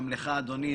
גם לך אדוני,